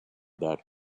that